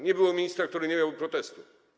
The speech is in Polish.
Nie było ministra, który nie miałby protestu.